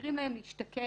שמאפשרים להם להשתקם,